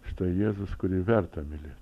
štai jėzus kurį verta mylėti